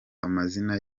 amazina